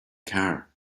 car